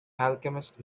alchemist